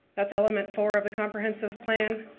that element for of the comprehensive plan.